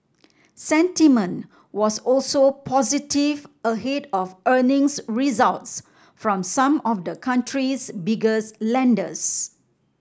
sentiment was also positive ahead of earnings results from some of the country's biggest lenders